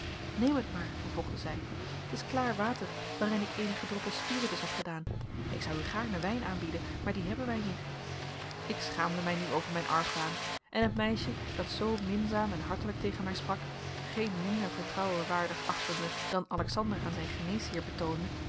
neem het maar vervolgde zij t is klaar water waarin ik eenige droppels spiritus heb gedaan ik zou u gaarne wijn aanbieden maar dien hebben wij niet ik schaamde mij nu over mijn argwaan en het meisje dat zoo minzaam en hartelijk tegen mij sprak geen minder vertrouwen waardig achtende dan alexander aan zijn geneesheer betoonde